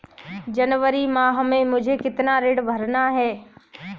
जनवरी माह में मुझे कितना ऋण भरना है?